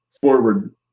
forward